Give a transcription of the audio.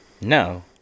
No